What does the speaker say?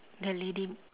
the lady